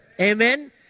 Amen